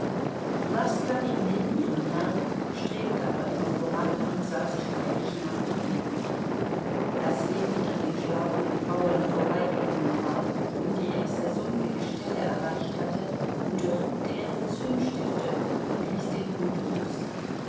laska ging neben ihrem herrn strebte aber immer voran und sah sich häufig nach ihm um als ljewin an den schlafenden bauern vorbeigekommen war und die erste sumpfige stelle erreicht hatte untersuchte er die zündstifte und ließ den hund los